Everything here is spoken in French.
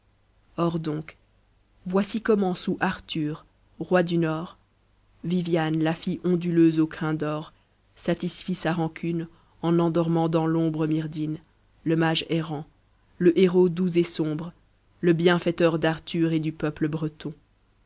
or donc voici comment sous arthur roi du nord viviane la fille onduleuse aux crins d'or satisfit sa rancune en endormant dans l'ombre myrdhinn le mage errant le héros doux et sombre le bienfaiteur d'arthur et du peuple